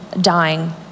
dying